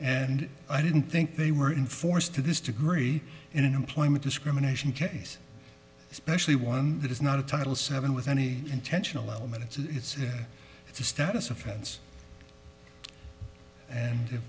and i didn't think they were enforced to this degree in an employment discrimination case especially one that is not a title seven with any intentional element it's the status offense and